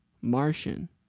Martian